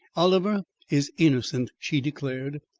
oliver is innocent, she declared,